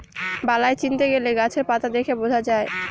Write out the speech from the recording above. বালাই চিনতে গেলে গাছের পাতা দেখে বোঝা যায়